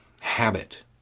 habit